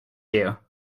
you